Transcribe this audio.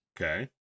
Okay